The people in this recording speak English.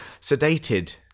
sedated